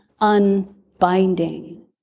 unbinding